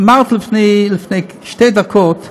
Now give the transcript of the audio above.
אמרת לפני שתי דקות: